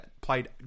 played